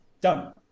Done